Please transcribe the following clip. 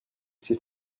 sait